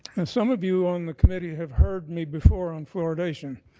and some of you on the committee have heard me before on fluoridation.